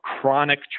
chronic